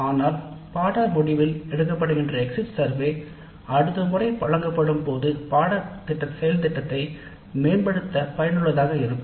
ஆனால் பாடத் திட்டத்தின் முடிவில் எடுக்கப்படுகின்ற எக்ஸிட் சர்வே பாடத்திட்டத்தின் செயல்திட்டத்தை மேம்படுத்த பயனுள்ளதாக இருக்கும்